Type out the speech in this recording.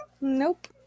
Nope